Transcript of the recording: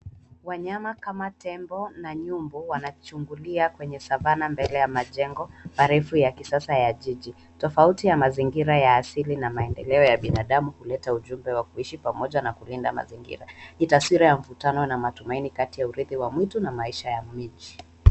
Wanyama kama tembo na nyunbo wanachungulia kwenye savannah mbele ya majengo marefu ya kisasa ya jiji. Tofauti ya mazingira ya asili na maendeleo ya binadamu huleta ujumbe wa kuishi pamoja na kulinda mazingira. Ni taswira ya mvutano na matumaini kati ya urithi wa mwitu na maisha ya mji.